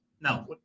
No